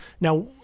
Now